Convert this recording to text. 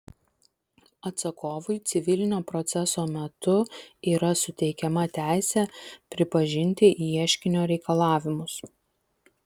atsakovui civilinio proceso metu yra suteikiama teisė pripažinti ieškinio reikalavimus